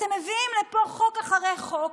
אתם מביאים לפה חוק אחרי חוק,